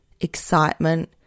Excitement